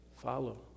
Follow